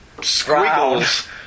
squiggles